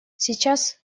сейчас